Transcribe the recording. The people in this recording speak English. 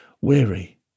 Weary